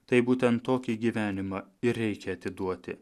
tai būtent tokį gyvenimą ir reikia atiduoti